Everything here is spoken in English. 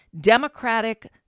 Democratic